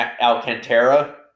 Alcantara